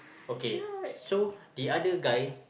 okay so the other guy